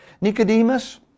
Nicodemus